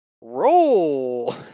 roll